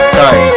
Sorry